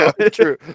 true